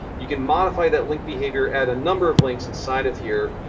you can modify that link behavior, add a number of links inside of here,